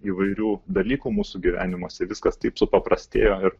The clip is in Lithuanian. įvairių dalykų mūsų gyvenimuose viskas taip supaprastėjo ir